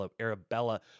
Arabella